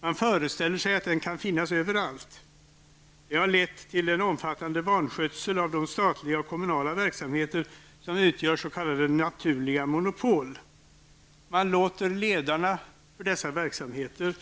Man föreställer sig att den kan finnas överallt. Detta har lett till en omfattande vanskötsel av de statliga och kommunala verksamheter som utgör s.k. naturliga monopol. Man låter ledarna för dessa verksamheter